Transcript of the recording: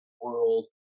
world